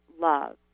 love